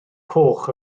coch